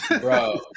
Bro